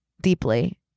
deeply